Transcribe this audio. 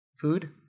food